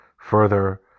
further